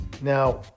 Now